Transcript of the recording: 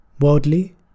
worldly